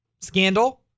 scandal